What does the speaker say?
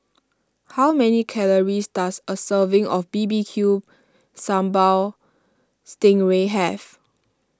how many calories does a serving of B B Q Sambal Sting Ray have